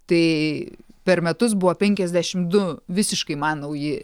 tai per metus buvo penkiasdešimt du visiškai man nauji